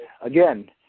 again